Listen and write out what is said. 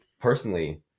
personally